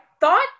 thought